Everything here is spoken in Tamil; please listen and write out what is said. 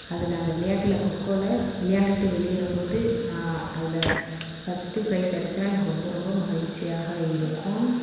அதில் அந்த விளையாட்டில் கொக்கோவில் விளையாண்டுகிட்டு வெளியேறும் போது நான் அதில் ஃபர்ஸ்ட்டு பிரைஸ் எடுத்தேனால் எனக்கு ரொம்ப ரொம்ப மகிழ்ச்சியாக இருக்கும்